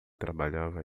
trabalhava